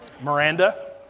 Miranda